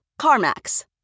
CarMax